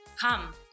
come